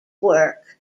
work